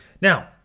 Now